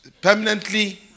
permanently